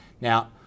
Now